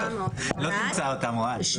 כן.